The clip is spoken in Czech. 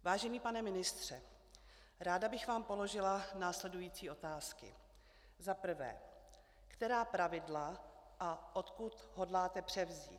Vážený pane ministře, ráda bych vám položila následující otázky: Za prvé, která pravidla a odkud hodláte převzít?